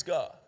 God